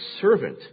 servant